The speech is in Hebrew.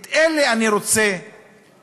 את זה אני רוצה לדעת,